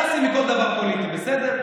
תעשי מכל דבר פוליטי, בסדר?